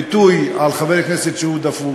ביטוי על חבר כנסת שהוא דפוק,